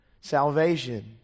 salvation